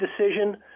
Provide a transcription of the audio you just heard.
decision